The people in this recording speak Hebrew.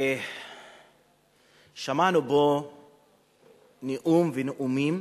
שמענו פה נאום ונאומים